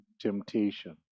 temptation